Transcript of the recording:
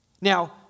Now